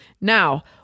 Now